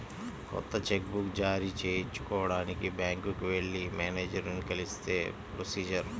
కొత్త cheque book జారీ చేయించుకోడానికి బ్యాంకుకి వెళ్లి మేనేజరుని కలిస్తే ప్రొసీజర్